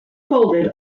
folded